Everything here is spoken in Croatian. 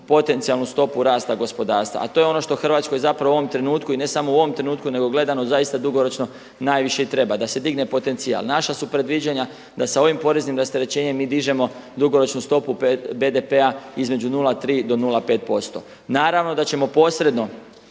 potencijalnu stopu rasta gospodarstva. A to je ono što Hrvatskoj u ovom trenutku i ne samo u ovom trenutku nego gledano zaista dugoročno najviše i treba, da se digne potencijal. Naša su predviđanja da se ovim poreznim rasterećenjem mi dižemo dugoročnu stopu BDP-a između 0,3 do 0,5%. Naravno da ćemo posredno